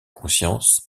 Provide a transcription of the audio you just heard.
conscience